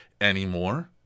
anymore